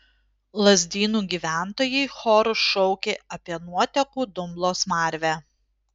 lazdynų gyventojai choru šaukė apie nuotekų dumblo smarvę